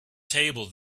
table